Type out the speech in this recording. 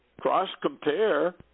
cross-compare